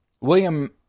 William